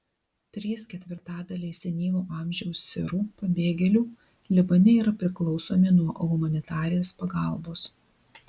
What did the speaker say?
trys ketvirtadaliai senyvo amžiaus sirų pabėgėlių libane yra priklausomi nuo humanitarės pagalbos